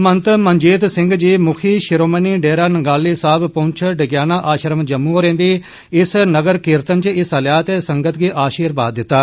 महंत मंजीत सिंह जी मुखी शिरोमणी डेरा नंगाली साहेब पुंछ डिगियाना आश्रम जम्मू होरे बी इस नगर कीर्तन च हिस्सा लेआ ते संगत गी अशीर्वाद दित्ता